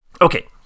Okay